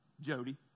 Jody